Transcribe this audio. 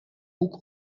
boek